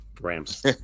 Rams